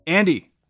Andy